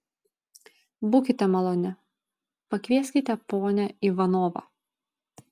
būkite maloni pakvieskite ponią ivanovą